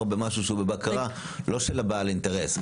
במשהו שהוא בבקרה לא של בעל האינטרס,